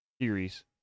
series